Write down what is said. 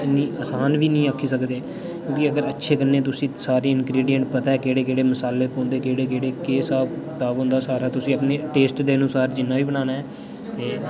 इन्नी असान बी नी आक्खी सकदे क्योंकि अच्छे कन्नै तुसें सारे इनग्रीडियंट पता ऐ केह्ड़े केह्ड़े मसाले पौन्दे केह्ड़े केह्ड़े केह् स्हाब कताब होन्दा सारा तुस अपने टेस्ट ते अनुसार जिन्ना बी बनाना ऐ ते